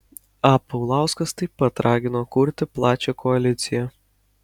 a paulauskas taip pat ragino kurti plačią koaliciją